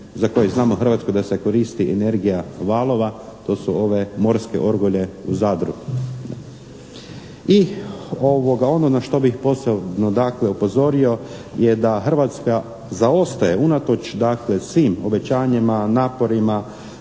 za koji znamo u Hrvatskoj da se koristi energija valova to su ove morske orgulje u Zadru. I ono na što bih posebno upozorio je da Hrvatska zaostaje unatoč svim obećanjima, naporima,